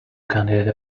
candidate